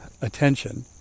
attention